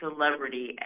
celebrity